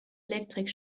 elektrik